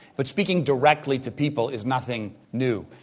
but speaking directly to people is nothing new.